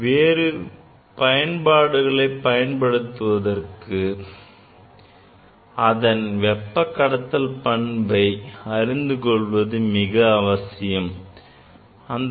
பொருட்களை வேறு பயன்பாடுகளுக்கு பயன்படுத்துவதற்கு அதன் வெப்ப கடத்தல் பண்பை அறிந்து கொள்வது மிக அவசியமாகும்